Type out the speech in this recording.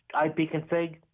ipconfig